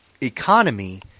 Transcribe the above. economy –